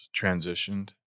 transitioned